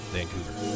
Vancouver